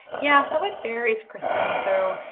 yeah, so it varies, kristen. so,